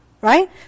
Right